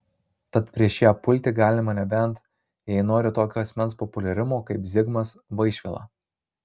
tad prieš ją pulti galima nebent jei nori tokio asmens populiarumo kaip zigmas vaišvila